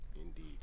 Indeed